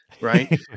right